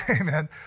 Amen